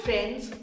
Friends